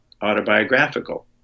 autobiographical